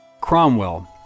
Cromwell